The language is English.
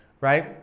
right